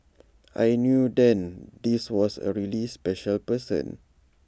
I knew then this was A really special person